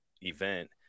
event